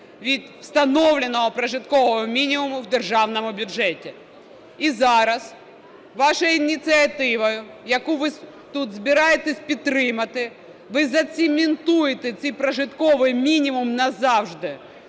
від встановленого прожиткового мінімуму в держаному бюджеті. І зараз вашою ініціативою, яку ви тут збираєтесь підтримати, ви зацементуєте цей прожитковий мінімум назавжди.